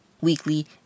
weekly